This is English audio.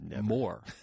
more